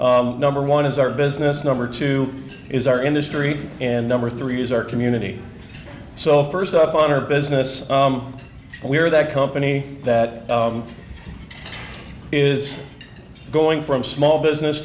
number one is our business number two is our industry and number three is our community so first off on our business we are that company that is going from small business